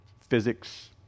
physics